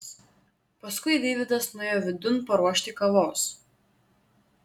paskui deividas nuėjo vidun paruošti kavos